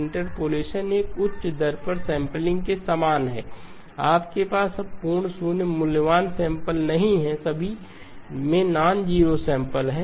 interpolation एक उच्च दर पर सेंपलिंग के समान है आपके पास अब पूर्ण शून्य मूल्यवान सैंपल नहीं है सभी में नॉनजेरो सैंपल हैं